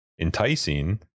enticing